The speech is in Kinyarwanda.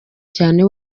cyane